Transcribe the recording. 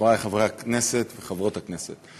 חברי חברי הכנסת וחברות הכנסת,